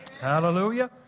Hallelujah